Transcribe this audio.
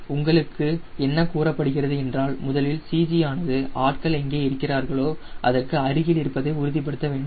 எனவே உங்களுக்கு என்ன கூறப்படுகிறது என்றால் முதலில் CG ஆனது ஆட்கள் எங்கே இருக்கிறார்களோ அதற்கு அருகில் இருப்பதை உறுதிப்படுத்த வேண்டும்